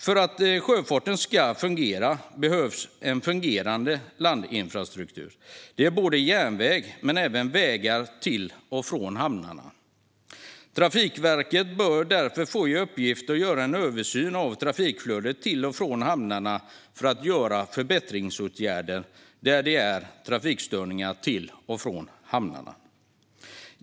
För att sjöfarten ska fungera behövs en fungerande landinfrastruktur, och det gäller inte bara järnväg utan även vägar till och från hamnarna. Trafikverket bör därför få i uppgift att göra en översyn av trafikflödet till och från hamnarna för att vidta förbättringsåtgärder när det gäller trafikstörningar.